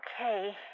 okay